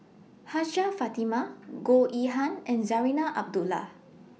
Hajjah Fatimah Goh Yihan and Zarinah Abdullah